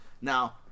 Now